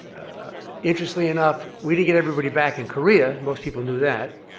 interestingly enough, we didn't get everybody back in korea, most people knew that,